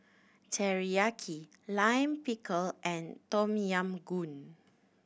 Teriyaki Lime Pickle and Tom Yam Goong